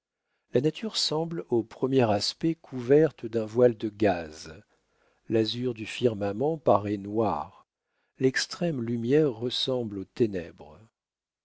la nature semble au premier aspect couverte d'un voile de gaze l'azur du firmament paraît noir l'extrême lumière ressemble aux ténèbres